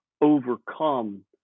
overcome